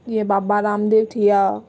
जीअं बाबा रामदेव थी विया